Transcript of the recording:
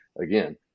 again